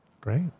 Great